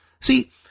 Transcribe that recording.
See